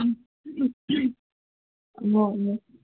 অঁ